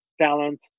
talent